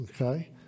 Okay